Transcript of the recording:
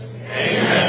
Amen